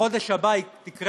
בחודש הבא תקרה